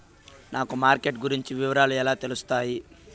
నాకు మార్కెట్ గురించి వివరాలు ఎలా తెలుస్తాయి?